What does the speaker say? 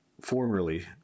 formerly